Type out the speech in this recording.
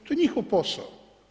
To je njihov posao.